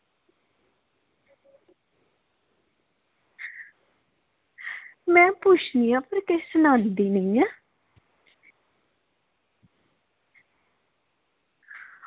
में उसी पुच्छनी आं ते सनांदी निं ऐ